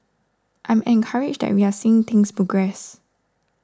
I'm encouraged that we're seeing things progress